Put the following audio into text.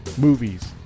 movies